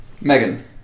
Megan